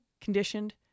conditioned